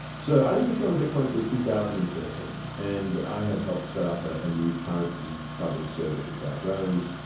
so i didn't discover bitcoin until two thousand and thirteen, and i had helped set up a new currency coverage service at dow jones,